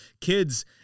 kids